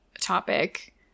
topic